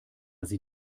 sie